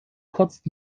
kotzt